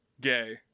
gay